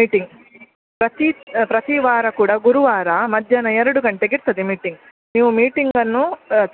meeting ಪ್ರತಿ ಪ್ರತಿ ವಾರ ಕೂಡ ಗುರುವಾರ ಮಧ್ಯಾಹ್ನ ಎರಡು ಗಂಟೆಗೆ ಇರ್ತದೆ ಮೀಟಿಂಗ್ ನೀವು ಮೀಟಿಂಗನ್ನೂ